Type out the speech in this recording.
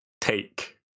take